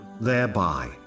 thereby